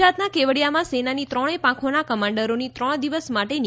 ગુજરાતના કેવડિયામાં સેનાની ત્રણેય પાંખોના કમાન્ડરોની ત્રણ દિવસ માટેની